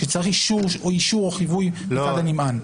שצריך אישור או חיווי מצד הנמען.